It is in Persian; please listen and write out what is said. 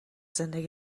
زندگی